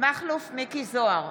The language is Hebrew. מכלוף מיקי זוהר,